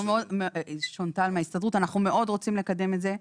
אנחנו מאוד רוצים לקדם את זה.